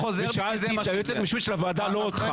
שאלתי את היועצת המשפטית לוועדה, לא אותך.